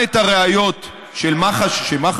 אמר שראוי להעמיד לדין משמעתי.